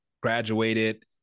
graduated